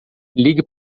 ligue